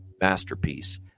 masterpiece